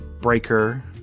Breaker